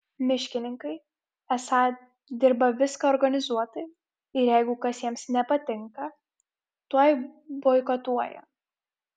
miškininkai esą dirba viską organizuotai ir jeigu kas jiems nepatinka tuoj boikotuoja